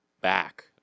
back